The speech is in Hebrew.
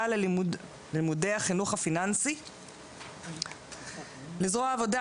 וללימודי החינוך הפיננסי; לזרוע העבודה,